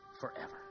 Forever